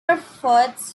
efforts